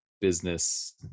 business